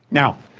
now,